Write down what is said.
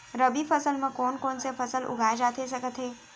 रबि फसल म कोन कोन से फसल उगाए जाथे सकत हे?